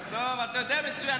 עזוב, אתה יודע מצוין.